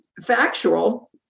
factual